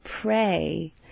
pray